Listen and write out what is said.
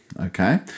Okay